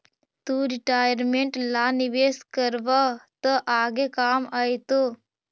तु रिटायरमेंट ला निवेश करबअ त आगे काम आएतो